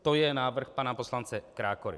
To je návrh pana poslance Krákory.